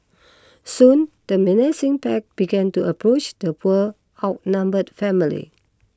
soon the menacing pack began to approach the poor outnumbered family